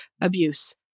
abuse